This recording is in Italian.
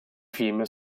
film